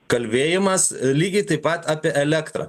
kalbėjimas lygiai taip pat apie elektrą